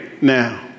Now